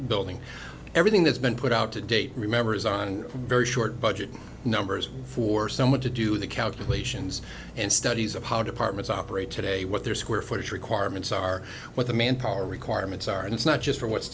building everything that's been put out to date remember is on very short budget numbers for someone to do the calculations and studies of how departments operate today what their square footage requirements are what the manpower requirements are and it's not just for what's